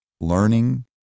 learning